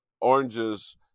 oranges